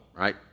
right